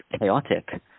chaotic